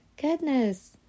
Goodness